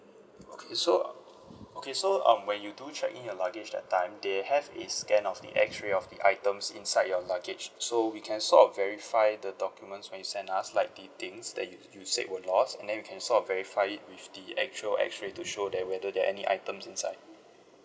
okay so okay so um when you do check in your luggage that time they have a scan of the X-ray of the items inside your luggage so we can sort of verify the documents when you send us like the things that you you said were lost and then we can sort of verify it with the actual X-ray to show that whether there are any items inside